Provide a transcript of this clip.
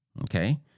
Okay